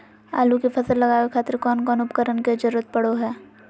आलू के फसल लगावे खातिर कौन कौन उपकरण के जरूरत पढ़ो हाय?